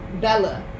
Bella